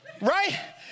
right